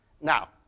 Now